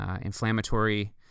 inflammatory